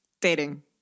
Dating